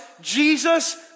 Jesus